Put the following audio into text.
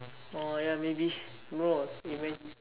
oh ya maybe no even